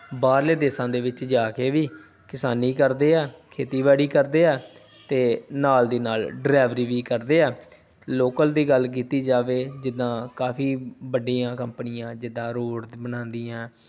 ਬਾਹਰਲੇ ਦੇਸ਼ਾਂ ਦੇ ਵਿੱਚ ਜਾ ਕੇ ਵੀ ਕਿਸਾਨੀ ਕਰਦੇ ਆ ਖੇਤੀਬਾੜੀ ਕਰਦੇ ਆ ਅਤੇ ਨਾਲ ਦੀ ਨਾਲ ਡਰਾਈਵਰੀ ਵੀ ਕਰਦੇ ਆ ਲੋਕਲ ਦੀ ਗੱਲ ਕੀਤੀ ਜਾਵੇ ਜਿੱਦਾਂ ਕਾਫੀ ਵੱਡੀਆਂ ਕੰਪਨੀਆਂ ਜਿੱਦਾਂ ਰੋਡ ਬਣਾਉਂਦੀਆਂ